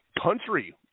country